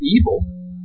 evil